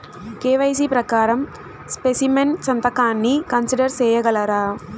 KYC ప్రకారం specimen సంతకాన్ని consider సేయగలరా?